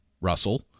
Russell